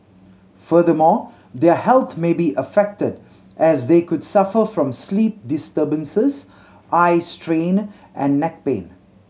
furthermore their health may be affected as they could suffer from sleep disturbances eye strain and neck pain